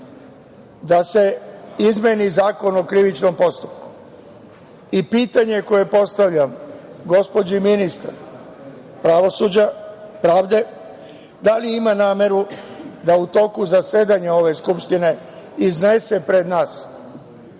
da se izmeni Zakon o krivičnom postupku i pitanje koje postavljam gospođi ministarki pravde – da li ima nameru da u toku zasedanja ove Skupštine iznese pred nas